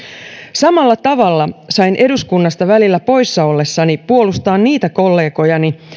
samalla tavalla sain eduskunnasta välillä poissa ollessani puolustaa niitä kollegojani